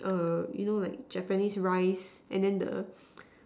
err you know like Japanese rice and then the